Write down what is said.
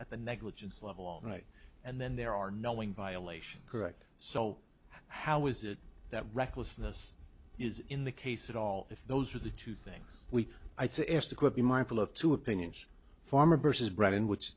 at the negligence level right and then there are no one violation correct so how is it that recklessness is in the case at all if those are the two things we asked to quit be mindful of two opinions former versus brett in which